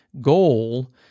goal –